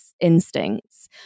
instincts